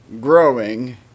growing